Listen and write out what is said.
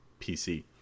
PC